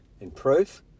improve